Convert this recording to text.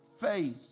faith